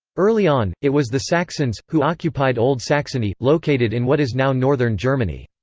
early on, it was the saxons, who occupied old saxony, located in what is now northern germany.